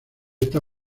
esta